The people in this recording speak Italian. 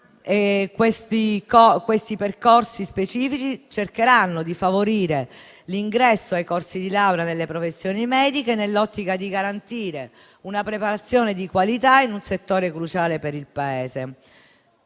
Ma questi percorsi specifici cercheranno di favorire l'ingresso ai corsi di laurea nelle professioni mediche nell'ottica di garantire una preparazione di qualità in un settore cruciale per il Paese.